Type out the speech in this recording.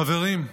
חברים,